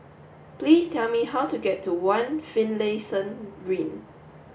please tell me how to get to one Finlayson Ring